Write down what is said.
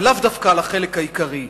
ולאו דווקא על החלק העיקרי,